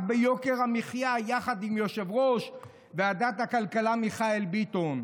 ביוקר המחיה יחד עם יושב-ראש ועדת הכלכלה מיכאל ביטון.